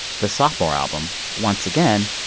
the sophomore album, once again,